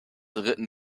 ritten